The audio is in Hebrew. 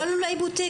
לא לולי בוטיק.